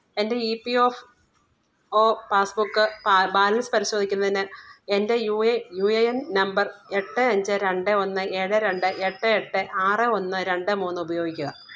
എൻ്റെ E P F O passbook ബാ balance പരിശോധിക്കുന്നതിന് എൻ്റെ U A U A N number എട്ട് അഞ്ച് രണ്ട് ഒന്ന് ഏഴ് രണ്ട് എട്ട് എട്ട് ആറ് ഒന്ന് രണ്ട് മൂന്ന് ഉപയോഗിക്കുക